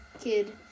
kid